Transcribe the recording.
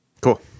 Cool